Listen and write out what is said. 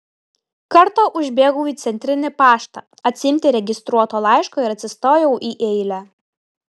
kartą užbėgau į centrinį paštą atsiimti registruoto laiško ir atsistojau į eilę